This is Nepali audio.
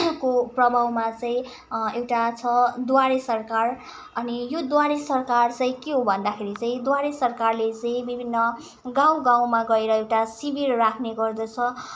को प्रभावमा चाहिँ एउटा छ द्वारे सरकार अनि यो द्वारे सरकार चाहिँ के हो भन्दाखेरि चाहिँ द्वारे सरकारले चाहिँ विभिन्न गाउँ गाउँमा गएर एउटा शिविर राख्ने गर्दछ